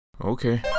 Okay